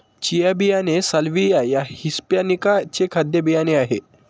chia बियाणे salvia या hispanica चे खाद्य बियाणे आहे